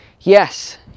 Yes